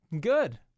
good